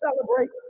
celebrate